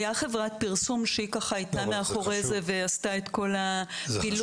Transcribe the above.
הייתה חברת פרסום מאחורי זה ועשתה את כל הפילוח